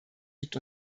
liegt